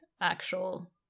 actual